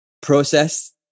process